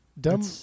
Dumb